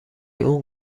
اون